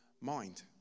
mind